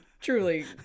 Truly